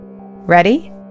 Ready